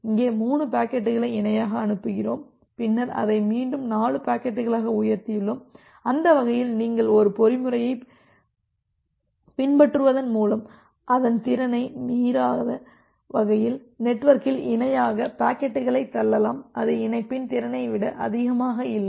இங்கே 3 பாக்கெட்டுகளை இணையாக அனுப்புகிறோம் பின்னர் அதை மீண்டும் 4 பாக்கெட்டுகளாக உயர்த்தியுள்ளோம் அந்த வகையில் நீங்கள் ஒரு பொறிமுறையைப் பின்பற்றுவதன் மூலம் அதன் திறனை மீறாத வகையில் நெட்வொர்க்கில் இணையாக பாக்கெட்டுகளை தள்ளலாம் அது இணைப்பின் திறனை விட அதிகமாக இல்லை